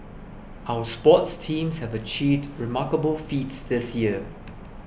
our sports teams have achieved remarkable feats this year